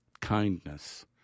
kindness